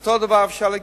אותו דבר אפשר להגיד: